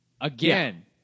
again